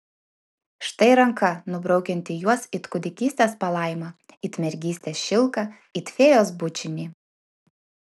štai ranka nubraukianti juos it kūdikystės palaimą it mergystės šilką it fėjos bučinį